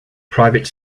private